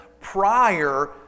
prior